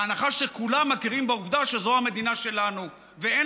בהנחה שכולם מכירים בעובדה שזו המדינה שלנו ואין